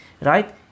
right